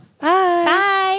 bye